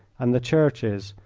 and the churches,